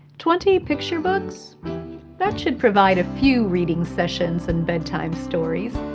twenty picture books that should provide a few reading sessions and bedtime stories.